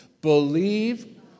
Believe